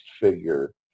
figure